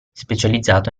specializzato